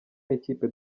n’ikipe